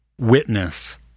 witness